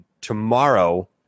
tomorrow